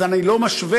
אז אני לא משווה,